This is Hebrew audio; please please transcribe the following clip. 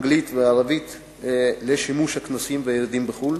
האנגלית והערבית לשימוש הכנסים והירידים בחוץ-לארץ.